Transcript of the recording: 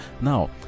Now